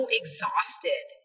exhausted